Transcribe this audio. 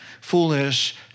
foolish